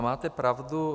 Máte pravdu.